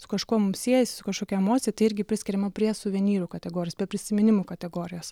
su kažkuo mums siejasi su kažkokia emocija tai irgi priskiriama prie suvenyrų kategorijos prie prisiminimų kategorijos